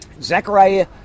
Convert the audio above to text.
Zechariah